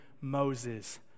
Moses